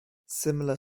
similar